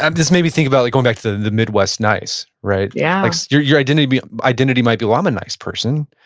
and this made me think about like going back to the midwest nice. right? yeah like so your your identity to be identity might be warm, and nice person.